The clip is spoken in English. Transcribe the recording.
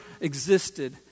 existed